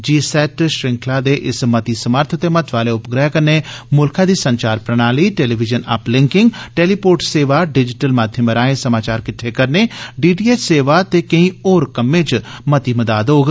GSAT श्रखला दे इस मती समर्थ ते महत्व आले उपग्रैह कन्नै मुलखै दी संचार प्रणाली टेलीवीजन अपलिंकिंग टेलीपोर्ट सेवा डिजीटल माध्यमें राए समाचार किट्ठे करने डीटीएच ते होर केई कम्में च मती मदाद होग